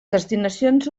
destinacions